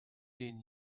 den